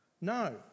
No